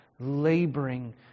laboring